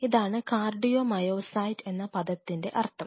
ഇതാണ് കാർഡിയോമയോസൈറ്റ് പദത്തിൻറെ അർത്ഥം